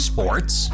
Sports